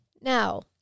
Now